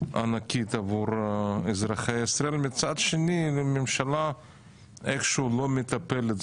ענקית עבור אזרחי ישראל ומצד שני הממשלה איכשהו לא מטפלת,